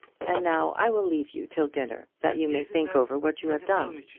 and now i will leave you till dinner, that you may think over what you have done.